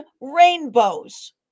rainbows